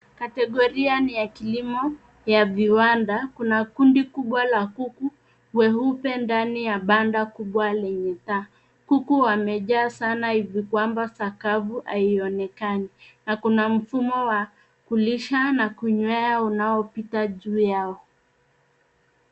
Kategoria ni ya kilimo ya viwanda. Kuna kundi kubwa la kuku weupe ndani ya banda kubwa lenye taka. Kuku wamejaa sana hivi kwamba sakafu haionekani na kuna mfumo wa kulisha na kunywea unaopita juu yao.